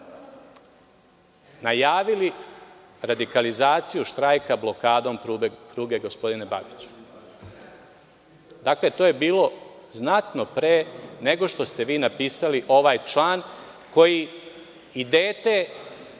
najavili radikalizaciju štrajka blokadom pruge. Dakle, to je bilo znatno pre nego što ste vi napisali ovaj član koji i dete